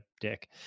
dick